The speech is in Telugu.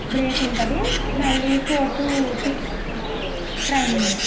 బ్రేక్ ఉంటుంది మళ్ళీ ఫోర్ టు సిక్స్ ట్రైనింగ్